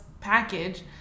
package